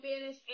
finish